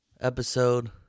episode